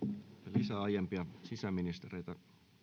lisää aiempia sisäministereitä